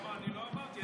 אני לא אמרתי.